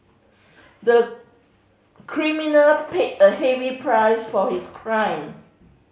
the criminal paid a heavy price for his crime